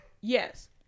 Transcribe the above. Yes